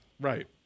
Right